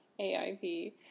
AIP